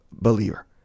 believer